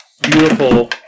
beautiful